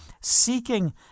seeking